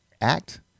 act